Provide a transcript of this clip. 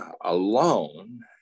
alone